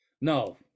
no